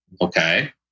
okay